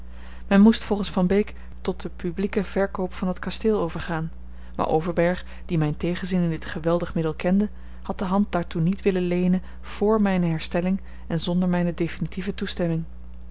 men moest volgens van beek tot den publieken verkoop van dat kasteel overgaan maar overberg die mijn tegenzin in dit geweldig middel kende had de hand daartoe niet willen leenen vr mijne herstelling en zonder mijne definitieve toestemming